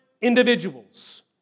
individuals